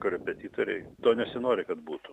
korepetitoriai to nesinori kad būtų